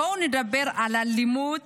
בואו נדבר על אלימות